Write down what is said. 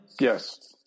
Yes